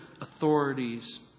authorities